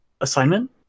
assignment